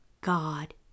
God